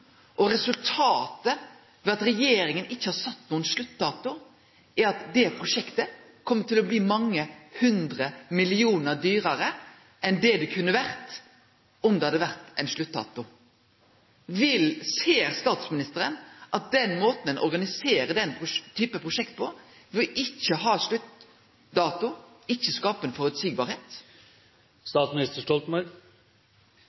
Resultatet av at regjeringa ikkje har sett nokon sluttdato, er at det prosjektet kjem til å bli mange hundre millionar kroner dyrare enn det det kunne ha vore om ein hadde hatt ein sluttdato. Ser statsministeren at den måten å organisere denne typen prosjekt på – å ikkje ha ein sluttdato – ikkje